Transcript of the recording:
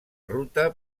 ruta